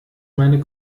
meine